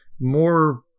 more